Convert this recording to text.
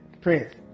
Prince